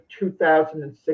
2006